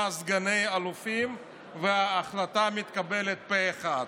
סגני אלופים וההחלטה מתקבלת פה אחד.